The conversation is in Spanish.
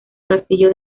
castillo